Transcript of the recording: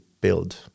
build